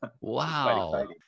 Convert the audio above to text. Wow